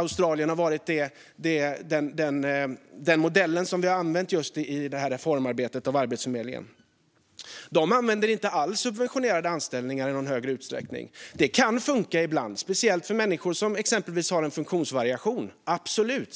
Australien har den modell som vi har använt i reformarbetet av Arbetsförmedlingen. De använder inte alls subventionerade anställningar i någon högre utsträckning. Det kan funka ibland, speciellt för människor med funktionsvariation. Det